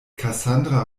cassandra